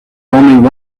only